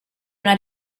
una